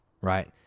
Right